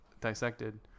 dissected